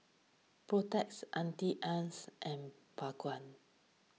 Protex Auntie Anne's and Bawang